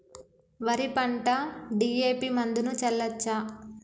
వరి పంట డి.ఎ.పి మందును చల్లచ్చా?